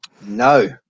No